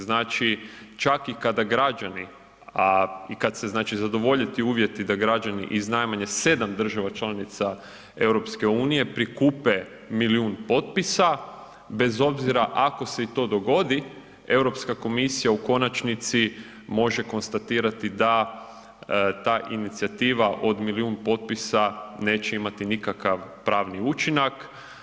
Znači čak i kada građani a i kad se znači zadovolje ti uvjeti da građani iz najmanje 7 država članica EU prikupe milijun potpisa bez obzira ako se i to dogodi Europska komisija u konačnici može konstatirati da ta inicijativa od milijun potpisa neće imati nikakav pravni učinak.